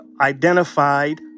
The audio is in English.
identified